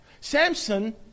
Samson